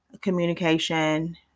communication